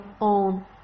own